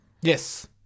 Yes